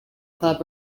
club